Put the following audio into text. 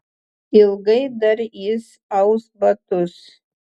ilgai dar jis aus batus